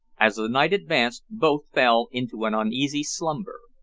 as the night advanced both fell into an uneasy slumber.